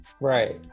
Right